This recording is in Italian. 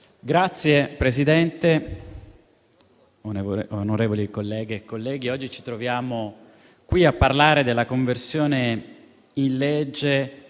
Signora Presidente, onorevoli colleghe e colleghi, oggi ci troviamo qui a parlare della conversione in legge